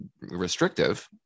restrictive